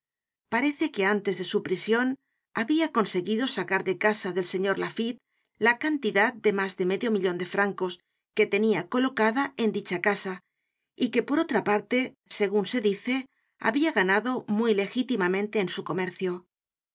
search generated at de su prision habia conseguido sacar de casa del señor laffitte la canil tidad de mas de medio millon de francos que tenia colocada en dicha casa y que por otra parte segun se dice habia ganado muy legítimamente en su comercio